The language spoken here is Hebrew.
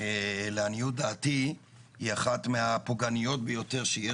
לעניות דעתי היא אחת מהפוגעניות שיש